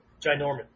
Ginormous